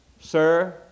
Sir